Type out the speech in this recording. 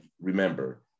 remember